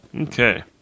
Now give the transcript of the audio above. Okay